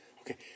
Okay